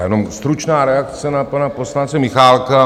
Jenom stručná reakce na pana poslance Michálka.